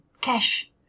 cash